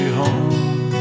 home